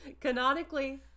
Canonically